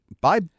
Bye